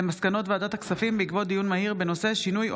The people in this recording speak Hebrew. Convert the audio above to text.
מסקנות ועדת הכספים בעקבות דיון מהיר בהצעה